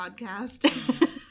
podcast